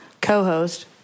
co-host